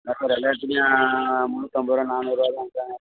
maximum எல்லாத்துக்குமே முன்னூற்றம்பது ரூபா நானூறுரூவா தான் வச்சாங்க